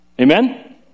Amen